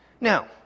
Now